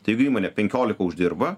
tai jeigu įmonė penkiolika uždirba